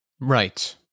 Right